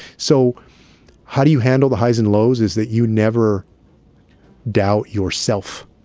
so how do you handle the highs and lows is that you never doubt yourself